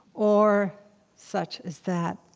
or such as that.